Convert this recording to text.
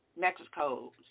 Mexico